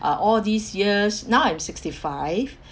uh all these years now I'm sixty five